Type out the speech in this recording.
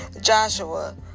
Joshua